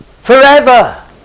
Forever